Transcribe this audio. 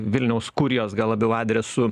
vilniaus kurijos gal labiau adresu